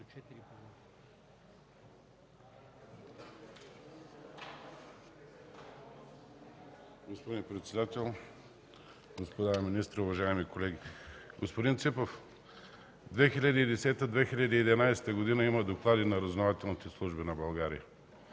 Господин председател, господа министри, уважаеми колеги! Господин Ципов, 2010-2011 г. има доклади на разузнавателните служби на България,